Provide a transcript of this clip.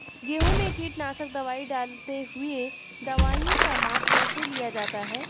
गेहूँ में कीटनाशक दवाई डालते हुऐ दवाईयों का माप कैसे लिया जाता है?